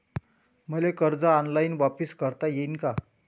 मले कर्ज ऑनलाईन वापिस करता येईन का?